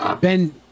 Ben